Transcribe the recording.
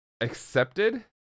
accepted